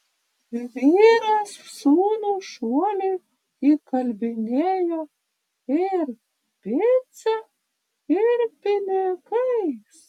vyras sūnų šuoliui įkalbinėjo ir pica ir pinigais